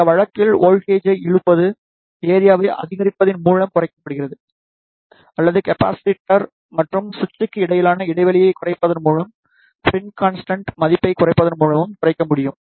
இந்த வழக்கில் வோல்ட்டேஜை இழுப்பது ஏரியாவை அதிகரிப்பதன் மூலம் குறைக்கப்படுகிறது அல்லது கெப்பாசிட்டர் மற்றும் சுவிட்சுக்கு இடையிலான இடைவெளியைக் குறைப்பதன் மூலமும் ஸ்ப்ரிங் கான்ஸ்டன்ட் மதிப்பைக் குறைப்பதன் மூலமும் குறைக்க முடியும்